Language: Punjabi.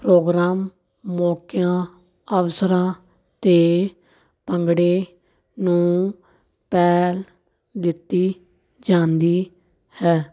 ਪ੍ਰੋਗਰਾਮ ਮੌਕਿਆਂ ਅਫਸਰਾਂ 'ਤੇ ਭੰਗੜੇ ਨੂੰ ਪਹਿਲ ਦਿੱਤੀ ਜਾਂਦੀ ਹੈ